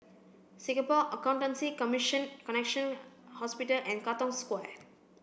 Singapore Accountancy Commission Connexion Hospital and Katong Square